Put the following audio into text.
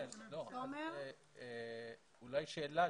אני אתן.